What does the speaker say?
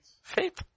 faith